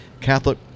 Catholic